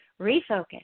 Refocus